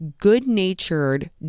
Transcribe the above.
good-natured